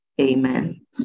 Amen